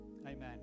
Amen